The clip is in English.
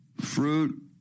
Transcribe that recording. fruit